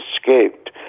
escaped